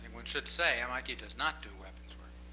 one should say, mit does not do weapons work.